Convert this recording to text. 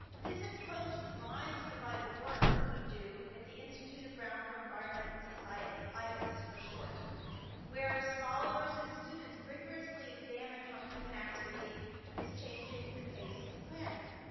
this approach drives the vital work that we do at the institute of brown for environment and society ibes, for short where scholars and students rigorously examine how human activity is changing the face of the planet.